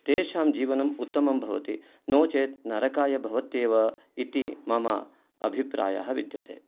तेषां जीवनम् उत्तमं भवति नो चेत् नरकाय भवत्येव इति मम अभिप्रायः विद्यते